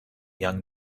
young